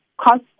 cost